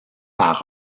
par